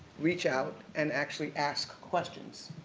reach out and actually ask questions,